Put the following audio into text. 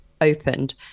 opened